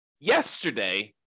yesterday